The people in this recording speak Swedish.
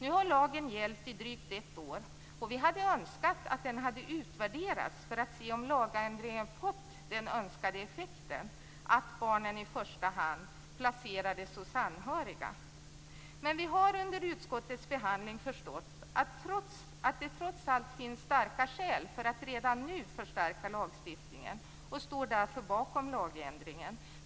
Nu har lagen gällt i drygt ett år, och vi önskar att den hade utvärderats för att se om lagändringen har fått den önskade effekten, dvs. att barnen i första hand placeras hos anhöriga. Vi har under utskottets behandling förstått att det trots allt finns starka skäl för att redan nu förstärka lagstiftningen, och vi står därför bakom lagändringen.